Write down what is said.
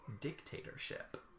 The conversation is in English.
dictatorship